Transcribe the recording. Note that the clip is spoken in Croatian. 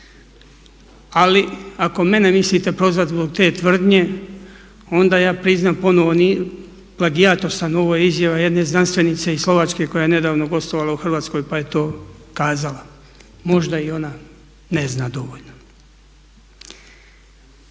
ali ako mene mislite prozvati zbog te tvrdnje onda ja priznam ponovo, plagijator sam, ovo je izjava jedne znanstvenice iz Slovačke koja je nedavno gostovala u Hrvatskoj pa je to kazala, možda i ona ne zna dovoljno.